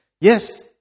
Yes